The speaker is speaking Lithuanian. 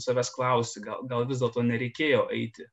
savęs klausi ga gal vis dėlto nereikėjo aiti